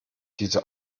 diese